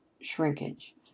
shrinkage